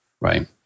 Right